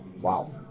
Wow